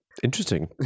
Interesting